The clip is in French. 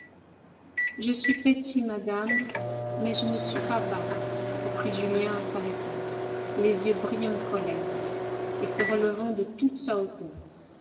je suis petit madame mais je ne suis pas bas reprit julien en s'arrêtant les yeux brillants de colère et se relevant de toute sa hauteur